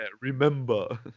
Remember